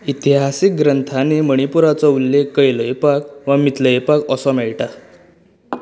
इतिहासीक ग्रंथांनी मणिपुराचो उल्लेख कंलयपाक वा मीथलयपाक ओसो मेळटा